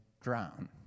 drown